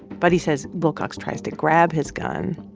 buddy says wilcox tries to grab his gun.